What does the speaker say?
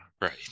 right